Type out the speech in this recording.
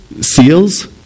seals